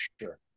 sure